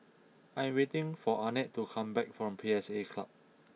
I am waiting for Arnett to come back from P S A Club